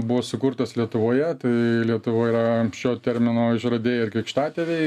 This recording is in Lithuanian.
buvo sukurtas lietuvoje tai lietuvoj yra šio termino išradėjai ir krikštatėviai